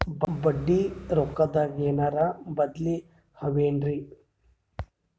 ಬಡ್ಡಿ ರೊಕ್ಕದಾಗೇನರ ಬದ್ಲೀ ಅವೇನ್ರಿ?